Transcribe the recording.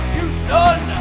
Houston